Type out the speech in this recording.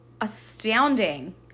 astounding